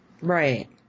Right